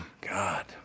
God